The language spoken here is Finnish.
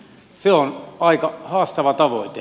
se on aika haastava tavoite